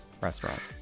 restaurant